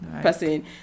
person